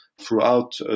throughout